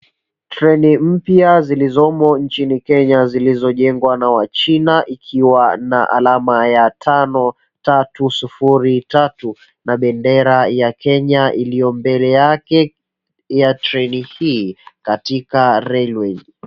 Treni mpya zilizomo inchini Kenya zilizojengwa na wachina ikiwa na alama ya 5303 na bendera ya Kenya iliyo mbele yake, ya treni hii katika railway .